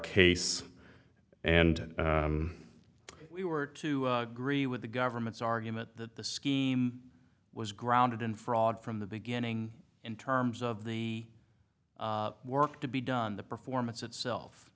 case and we were to agree with the government's argument that the scheme was grounded in fraud from the beginning in terms of the work to be done the performance itself